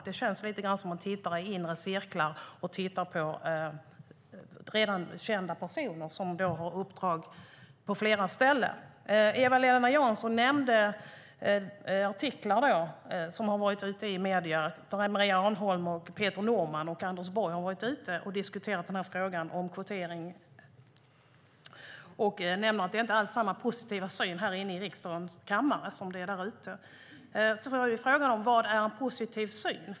Det känns lite grann som att de tittar i inre cirklar och tittar på redan kända personer som har uppdrag på flera ställen. Eva-Lena Jansson nämnde artiklar i medierna om att Maria Arnholm, Peter Norman och Anders Borg har varit ute och diskuterat frågan om kvotering och sade att det inte är samma positiva syn här inne i riksdagens kammare som det är där ute. Frågan är vad som är en positiv syn.